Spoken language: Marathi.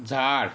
झाळ